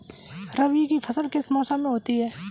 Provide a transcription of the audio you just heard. रबी की फसल किस मौसम में होती है?